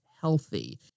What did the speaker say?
healthy